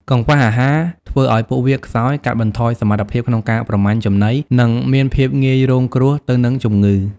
កង្វះអាហារធ្វើឲ្យពួកវាខ្សោយ កាត់បន្ថយសមត្ថភាពក្នុងការប្រមាញ់ចំណី និងមានភាពងាយរងគ្រោះទៅនឹងជំងឺ។